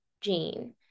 gene